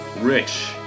Rich